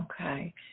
Okay